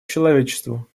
человечеству